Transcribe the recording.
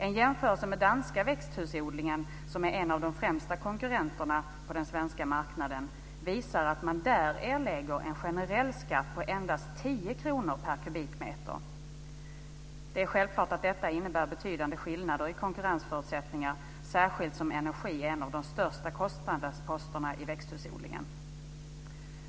En jämförelse med den danska växthusodlingen, som är en av de främsta konkurrenterna på den svenska marknaden, visar att man där erlägger en generell skatt på endast 10 kr per kubikmeter. Det är självklart att detta innebär betydande skillnader i konkurrensförutsättningar, särskilt då energi är en av de största kostnadsposterna i växthusodlingen.